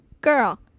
girl